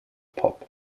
pop